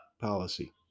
policy